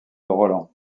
roland